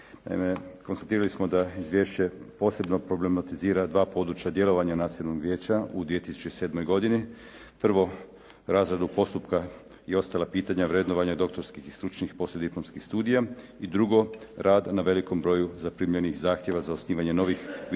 Naime, konstatirali smo da izvješće posebno problematizira dva područja djelovanja Nacionalnog vijeća u 2007. godini. Prvo, razradu postupka i ostala pitanja vrednovanja doktorskih i stručnih poslijediplomskih studija. I drugo, rad na velikom broju zaprimljenih zahtjeva za osnivanje novih visokih